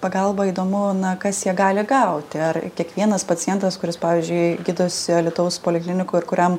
pagalbą įdomu na kas ją gali gauti ar kiekvienas pacientas kuris pavyzdžiui gydosi alytaus poliklinikoje ir kuriam